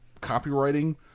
copywriting